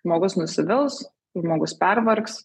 žmogus nusivils žmogus pervargs